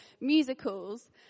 musicals